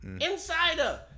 Insider